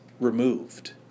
removed